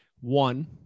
One